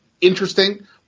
interesting